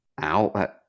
out